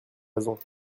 raisons